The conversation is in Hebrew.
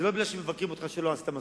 זה לא מפני שמבקרים אותך שלא עשית מספיק,